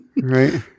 Right